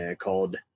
Called